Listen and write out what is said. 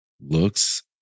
Looks